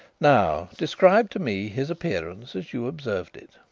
now describe to me his appearance as you observed it.